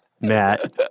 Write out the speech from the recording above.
Matt